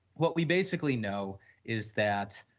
what we basically know is that